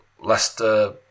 Leicester